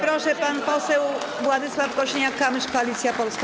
Proszę, pan poseł Władysław Kosiniak-Kamysz, Koalicja Polska.